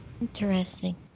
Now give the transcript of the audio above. Interesting